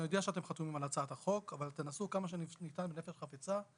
אני יודע שאתם חתומים על הצעת החוק אבל תנסו כמה שניתן בנפש חפצה,